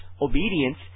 obedience